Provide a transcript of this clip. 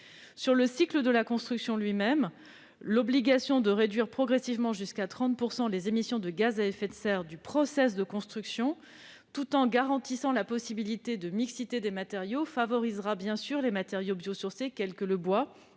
au cycle de la construction lui-même. L'obligation de réduire progressivement jusqu'à 30 % les émissions de gaz à effet de serre lors du process de construction, tout en garantissant la possibilité de mixité des matériaux, favorisera le recours à des matériaux biosourcés tels que le bois